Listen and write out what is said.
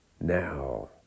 Now